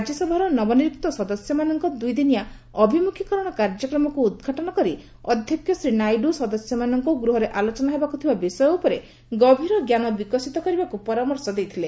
ରାଜ୍ୟସଭାର ନବନିଯୁକ୍ତ ସଦସ୍ୟମାନଙ୍କ ଦୁଇ ଦିନିଆ ଅଭିମୁଖୀକରଣ କାର୍ଯ୍ୟକ୍ରମକୁ ଉଦ୍ଘାଟନ କରି ଅଧ୍ୟକ୍ଷ ଶ୍ରୀ ନାଇଡୁ ସଦସ୍ୟମାନଙ୍କୁ ଗୃହରେ ଆଲୋଚନା ହେବାକୁ ଥିବା ବିଷୟ ଉପରେ ଗଭୀର ଜ୍ଞାନ ବିକଶିତ କରିବାକୁ ପରାମର୍ଶ ଦେଇଥିଲେ